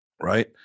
right